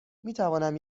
میتوانم